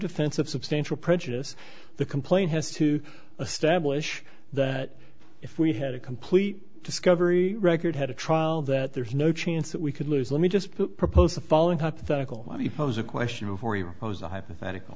defense of substantial prejudice the complaint has to establish that if we had a complete discovery record had a trial that there is no chance that we could lose let me just put propose the following hypothetical pose a question for you i was a hypothetical